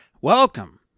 Welcome